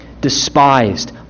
despised